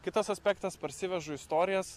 kitas aspektas parsivežu istorijas